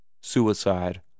suicide